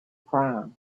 proms